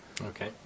Okay